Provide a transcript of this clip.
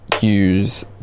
use